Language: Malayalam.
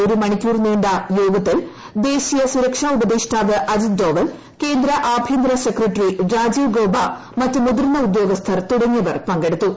ഒരു മണിക്കൂർ നീണ്ട യോഗത്തിൽ ദേശീയ സുരക്ഷാ ഉപദേഷ്ടാവ് അജിത് ഡോവൽ കേന്ദ്ര ആഭ്യന്തര സെക്രട്ടറി രാജീവ് ഗൌബെ മറ്റ് മുതിർന്ന ഉദ്യോഗസ്ഥർ തുടങ്ങിയവർ പങ്കെടുത്തു